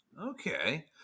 okay